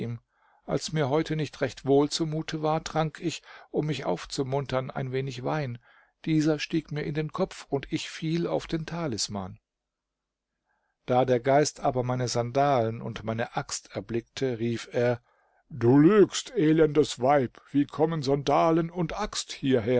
als mir heute nicht recht wohl zumute war trank ich um mich aufzumuntern ein wenig wein dieser stieg mir in den kopf und ich fiel auf den talisman da der geist aber meine sandalen und meine axt erblickte rief er du lügst elendes weib wie kommen sandalen und axt hierher